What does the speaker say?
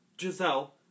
Giselle